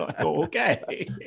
okay